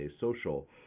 social